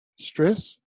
stress